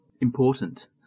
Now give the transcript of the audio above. important